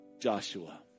Joshua